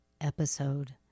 episode